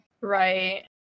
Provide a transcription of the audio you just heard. Right